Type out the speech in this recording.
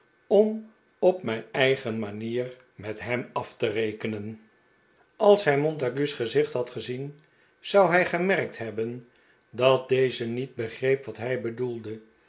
om op mijn eigen manier met hem af te rekenen als hij montague's gezicht had gezien zou hij gemerkt hebben dat deze niet begreep wat hij bedoelde